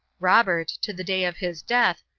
robert, to the day of his death,